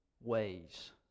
ways